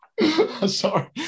sorry